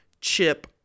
chip